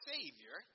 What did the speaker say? Savior